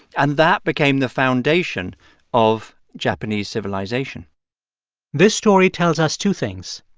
and that became the foundation of japanese civilization this story tells us two things.